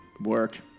work